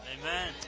Amen